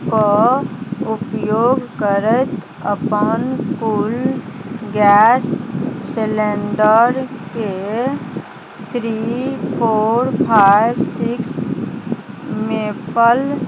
के उपयोग करैत अपन कुल गैस सेलेंडरके three four five six maple